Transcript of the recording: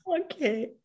Okay